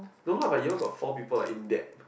no lah but you all got four people like in debt